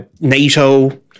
NATO